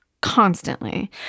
constantly